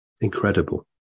Incredible